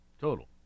total